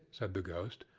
said the ghost,